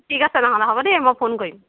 ঠিক আছে নহ'লে হ'ব দেই মই ফোন কৰিম